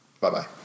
bye-bye